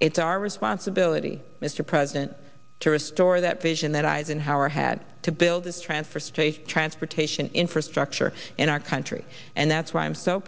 it's our responsibility mr president to restore that vision that eisenhower had to build this transfer station transportation infrastructure in our country and that's why i'm so